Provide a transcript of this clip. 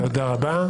תודה רבה.